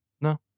No